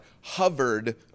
hovered